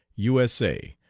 u s a,